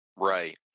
Right